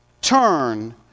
turn